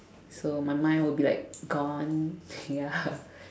so my mind will be like gone ya